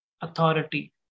authority